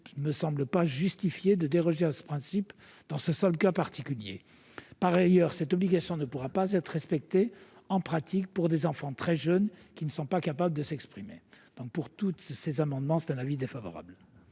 ne me semble pas justifié de déroger à ce principe dans ce seul cas particulier. Par ailleurs, cette obligation ne pourra pas être respectée, en pratique, pour des enfants très jeunes qui ne sont pas capables de s'exprimer. Pour ces raisons, la commission émet un avis défavorable